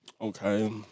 Okay